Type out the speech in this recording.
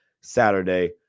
Saturday